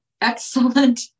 excellent